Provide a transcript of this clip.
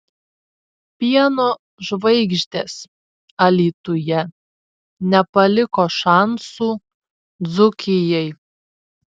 pieno žvaigždės alytuje nepaliko šansų dzūkijai